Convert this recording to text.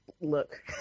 Look